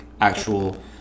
actual